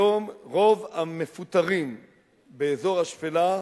היום רוב המפוטרים באזור השפלה,